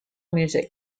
music